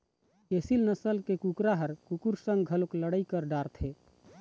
एसील नसल के कुकरा ह कुकुर संग घलोक लड़ई कर डारथे